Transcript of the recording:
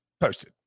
posted